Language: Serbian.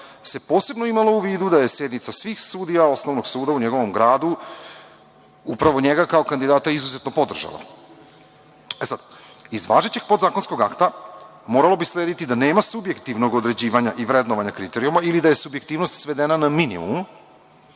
se posebno imalo u vidu da je sednica svih sudija Osnovnog suda u njegovom gradu upravo njega kao kandidata izuzetno podržala. E, sad, iz važećeg podzakonskog akta moralo bi slediti da nema subjektivnog određivanja i vrednovanja kriterijuma ili da je subjektivnost svedena na minimum,